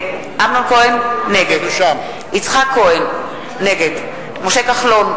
נגד יצחק כהן, נגד משה כחלון,